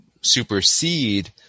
supersede